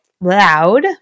loud